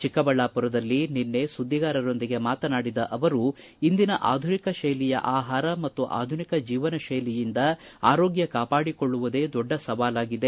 ಚಿಕ್ಕಬಳ್ಳಾಪುರದಲ್ಲಿ ನಿನ್ನೆ ಸುದ್ದಿಗಾರರೊಂದಿಗೆ ಮಾತನಾಡಿದ ಅವರು ಇಂದಿನ ಆಧುನಿಕ ಶೈಲಿಯ ಆಹಾರ ಮತ್ತು ಆಧುನಿಕ ಜೀವನಶೈಲಿಯಿಂದ ಆರೋಗ್ಯ ಕಾಪಾಡಿಕೊಳ್ಳುವುದೇ ದೊಡ್ಡ ಸವಾಲಾಗಿದೆ